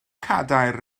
cadair